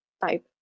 type